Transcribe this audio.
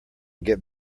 get